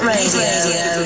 Radio